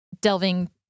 delving